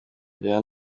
kujyana